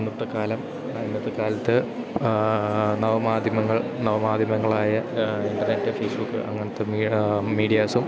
ഇന്നത്തെക്കാലം ഇന്നത്തെക്കാലത്ത് നവമാധ്യമങ്ങൾ നവമാധ്യമങ്ങളായ ഇൻറ്റർനെറ്റ് ഫേസ്ബുക്ക് അങ്ങനത്തെ മീഡിയാസും